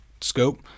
scope